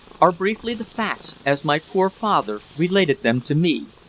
are briefly the facts, as my poor father related them to me.